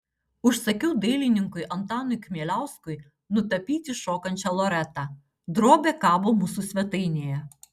užsakiau dailininkui antanui kmieliauskui nutapyti šokančią loretą drobė kabo mūsų svetainėje